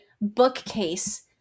bookcase